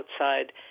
outside